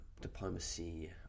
diplomacy